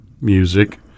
music